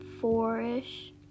four-ish